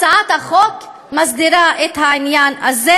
הצעת החוק מסדירה את העניין הזה,